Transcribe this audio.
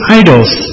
idols